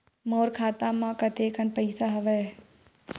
मोर खाता म कतेकन पईसा हवय?